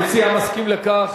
המציע מסכים לכך.